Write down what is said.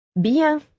Bien